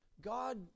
God